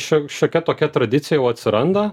šia šiokia tokia tradicija jau atsiranda